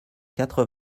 quatre